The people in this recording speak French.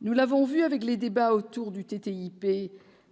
nous l'avons vu avec les débats autour du TIP,